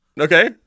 Okay